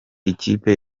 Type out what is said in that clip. ikipe